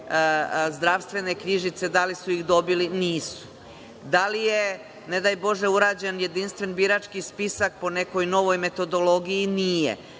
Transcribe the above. zdravstvene knjižice da li su ih dobili? Nisu. Da li je, ne daj Bože, urađen jedinstven birački spisak po nekoj novoj metodologiji? Nije.